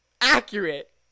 accurate